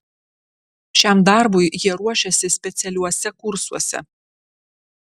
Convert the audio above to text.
šiam darbui jie ruošiasi specialiuose kursuose